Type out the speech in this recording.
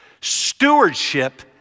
Stewardship